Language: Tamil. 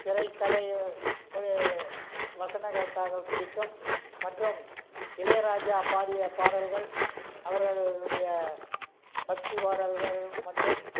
திரைக்கதை இப்படி வசன கர்த்தவாக பிடிக்கும் மற்றும் இளையராஜா பாடிய பாடல்கள் அவர்களுடைய பக்தி பாடல்கள் மற்றும்